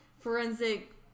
forensic